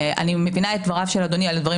אני מבינה את דבריו של אדוני על דברים